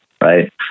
right